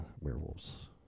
werewolves